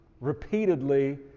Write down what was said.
repeatedly